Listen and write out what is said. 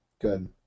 good